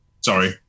sorry